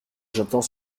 jetant